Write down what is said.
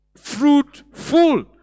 fruitful